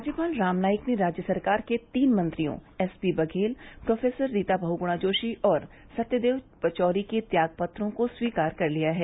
राज्यपाल राम नाईक ने राज्य सरकार के तीन मंत्रियों एसपी बघेल प्रो रीता बहुगुणा जोशी और सत्यदेव पचौरी के त्यागपत्रों को स्वीकार कर लिया है